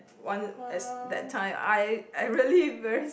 one is that time I I really very